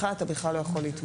אתה בכלל לא יכול להתמנות.